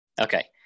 Okay